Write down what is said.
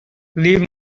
leave